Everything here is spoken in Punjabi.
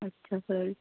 ਅੱਛਾ ਸਰ